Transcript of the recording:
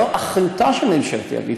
זו לא אחריותה של ממשלת ישראל,